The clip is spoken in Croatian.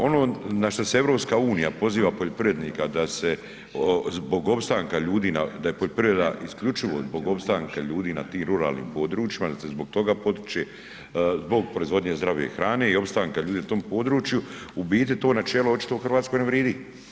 Ono na što se EU poziva poljoprivrednika da se zbog opstanka ljudi, da je poljoprivreda isključivo zbog opstanka ljudi na tim ruralnim područjima, da se zbog toga potiče zbog proizvodnje zdrave hrane i opstanka ljudi na tom području, u biti to načelo očito u Hrvatskoj ne vridi.